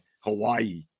Hawaii